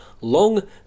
long